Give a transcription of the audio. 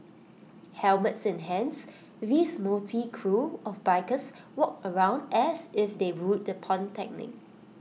helmets in hands these motley crew of bikers walked around as if they ruled the polytechnic